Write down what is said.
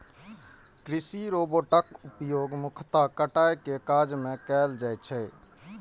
कृषि रोबोटक उपयोग मुख्यतः कटाइ के काज मे कैल जाइ छै